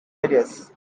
ideas